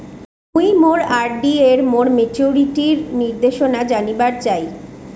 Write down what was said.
মুই মোর আর.ডি এর মোর মেচুরিটির নির্দেশনা জানিবার চাই